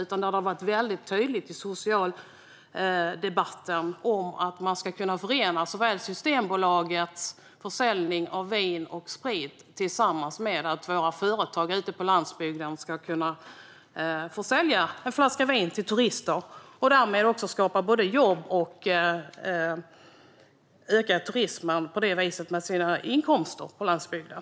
Det har snarare varit väldigt tydligt i den sociala debatten att man ska kunna förena Systembolagets försäljning av vin och sprit med att våra företag ute på landsbygden ska kunna få sälja en flaska vin till turister och därmed skapa både jobb och ökad turism på landsbygden.